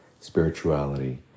spirituality